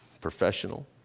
professional